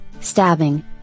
stabbing